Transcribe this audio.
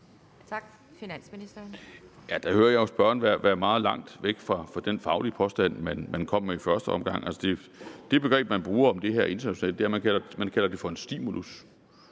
17:42 Finansministeren (Bjarne Corydon): Der hører jeg jo spørgeren være meget langt væk fra den faglige påstand, han kom med i første omgang. Altså, det begreb, man bruger om det her internationalt, er, at man kalder det for en stimulus,